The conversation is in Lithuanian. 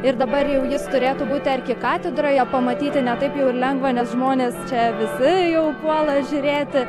ir dabar jau jis turėtų būti arkikatedroje pamatyti ne taip jau ir lengva nes žmonės čia visi jau puola žiūrėti